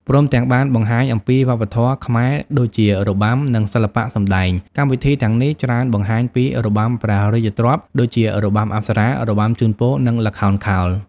ព្រមទាំងបានបង្ហាញអំពីវប្បធម៌ខ្មែរដូចជា របាំ និងសិល្បៈសម្តែង កម្មវិធីទាំងនេះច្រើនបង្ហាញពី របាំព្រះរាជទ្រព្យ ដូចជា របាំអប្សរា របាំជូនពរ និងល្ខោនខោល។